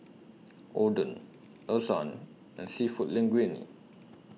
Oden Lasagne and Seafood Linguine